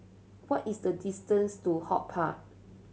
what is the distance to HortPark